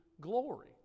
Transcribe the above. glory